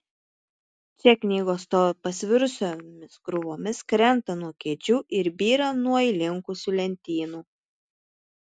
čia knygos stovi pasvirusiomis krūvomis krenta nuo kėdžių ir byra nuo įlinkusių lentynų